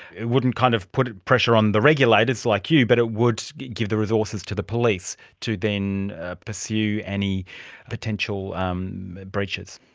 it wouldn't kind of put pressure on the regulators like you but it would give the resources to the police to then pursue any potential um breaches.